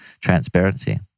transparency